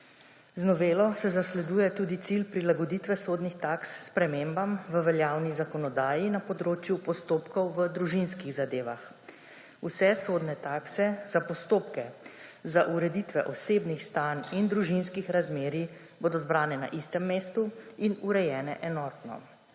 Z novelo se zasleduje tudi cilj prilagoditve sodnih taks spremembam v veljavni zakonodaji na področju postopkov v družinskih zadevah. Vse sodne takse za postopke za ureditev osebnih stanj in družinskih razmerij bodo zbrane na istem mestu in urejene enotno.